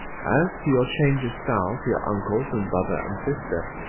as to your change of style to your uncles, and brother and sister,